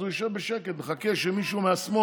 אז הוא ישב בשקט ויחכה שמישהו מהשמאל,